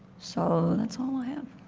so that's all i have.